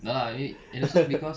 no lah maybe and also cause